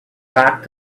back